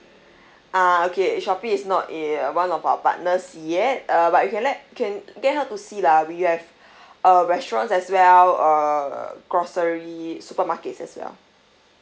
ah okay shopee is not a one of our partners yet uh but you can let can get her to see lah we have uh restaurants as well uh grocery supermarkets as well